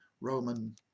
Roman